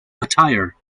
attire